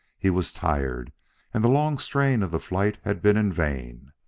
he was tired and the long strain of the flight had been in vain.